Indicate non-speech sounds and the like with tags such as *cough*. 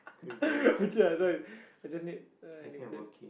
*laughs* I just need uh any place